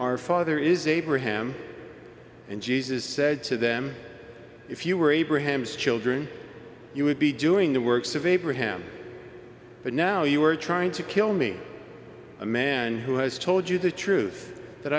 our father is abraham and jesus said to them if you were abraham's children you would be doing the works of abraham but now you are trying to kill me a man who has told you the truth that